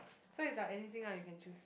so it's like anything lah you can choose